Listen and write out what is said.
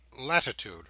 latitude